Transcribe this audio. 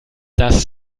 das